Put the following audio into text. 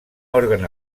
òrgan